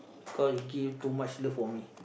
cause you give too much love for me